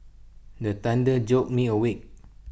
the thunder jolt me awake